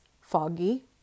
foggy